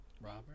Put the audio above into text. Robert